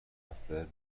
دفتر